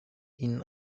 ihnen